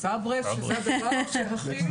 סברס שזה הדבר הכי.